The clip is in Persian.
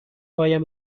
هایم